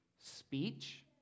speech